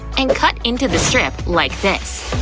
and cut into the strip like this.